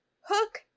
Hook